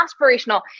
aspirational